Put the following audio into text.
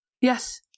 Yes